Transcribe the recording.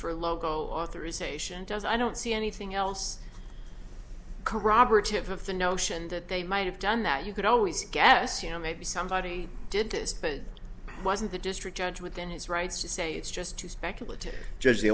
local authorisation does i don't see anything else corroborative of the notion that they might have done that you could always guess you know maybe somebody did this but wasn't the district judge within his rights to say it's just too speculative judge the